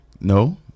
No